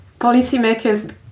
policymakers